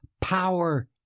power